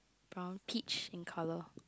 brown peach in colour